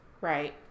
Right